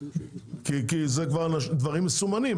כי זה כבר דברים מסומנים,